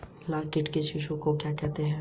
लाख कीट के शिशु को क्या कहते हैं?